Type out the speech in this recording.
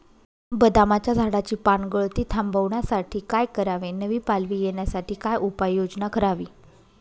बदामाच्या झाडाची पानगळती थांबवण्यासाठी काय करावे? नवी पालवी येण्यासाठी काय उपाययोजना करावी?